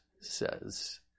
says